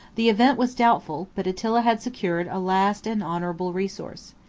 the event was doubtful but attila had secured a last and honorable resource.